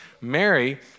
Mary